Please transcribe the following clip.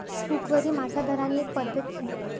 हुकवरी मासा धरानी एक पध्दत शे